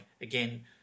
again